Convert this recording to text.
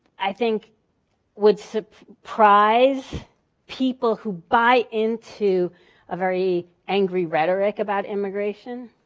i think would surprise people who buy into a very angry rhetoric about immigration.